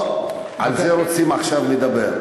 או, על זה רוצים עכשיו לדבר.